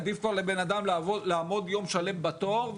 עדיף כבר לבן אדם לעמוד יום שלם בתור,